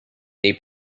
they